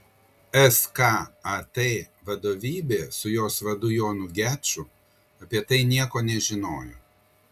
skat vadovybė su jos vadu jonu geču apie tai nieko nežinojo